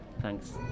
Thanks